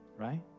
right